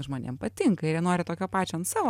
žmonėm patinka ir jie nori tokio pačio ant savo